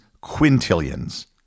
quintillions